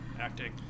acting